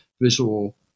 visual